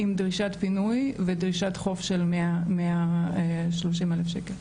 עם דרישת פינוי ודרישת חוב של 130 אלף ₪.